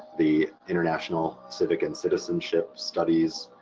the international civic and citizenship studies,